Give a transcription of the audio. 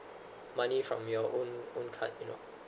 money from your own own card you know